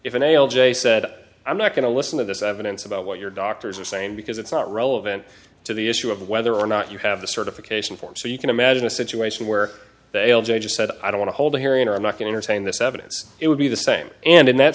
if a male j said i'm not going to listen to this evidence about what your doctors are saying because it's not relevant to the issue of whether or not you have the certification form so you can imagine a situation where they'll judge said i don't want to hold a hearing or knocking on or saying this evidence it would be the same and in that